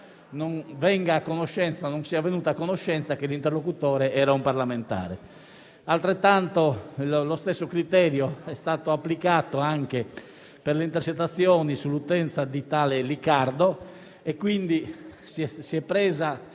non sia venuta a conoscenza che l'interlocutore fosse un parlamentare. Lo stesso criterio è stato applicato anche per le intercettazioni sull'utenza di tale Liccardo e, quindi, si è